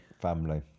Family